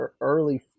early